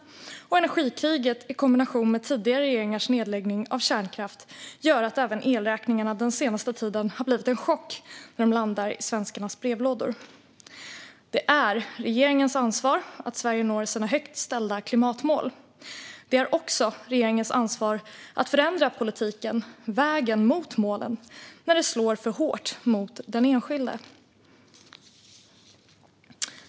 Energikriget i kombination med tidigare regeringars nedläggning av kärnkraftverk har lett till att det har blivit en chock för svenskarna när elräkningarna har landat i brevlådorna den senaste tiden. Det är regeringens ansvar att Sverige når våra högt ställda klimatmål. Det är också regeringens ansvar att förändra politiken, vägen mot målen, när de slår för hårt mot den enskilda.